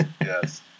Yes